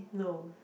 no